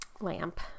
lamp